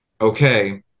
okay